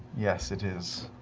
yes, it is.